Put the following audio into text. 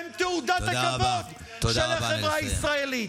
הם תעודת הכבוד של החברה הישראלית.